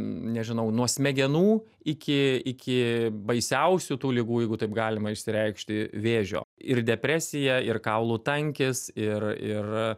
nežinau nuo smegenų iki iki baisiausių tų ligų jeigu taip galima išsireikšti vėžio ir depresija ir kaulų tankis ir ir